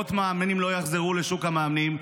מאות מאמנים לא יחזרו לשוק המאמנים,